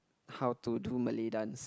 how to do Malay dance